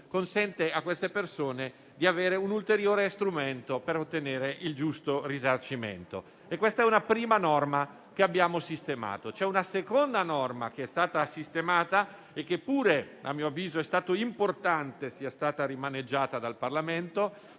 colpa altrui, di avere un ulteriore strumento per ottenere il giusto risarcimento. Questa è una prima norma che abbiamo sistemato. C'è una seconda norma che è stata messa a punto e che pure, a mio avviso, è importante che sia stata rimaneggiata dal Parlamento: